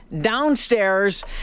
downstairs